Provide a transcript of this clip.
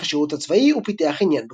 השירות הצבאי הוא פיתח עניין בקומדיה.